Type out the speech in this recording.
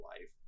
life